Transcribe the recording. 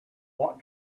what